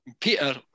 Peter